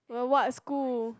what school